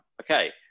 Okay